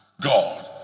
God